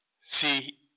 See